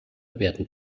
werden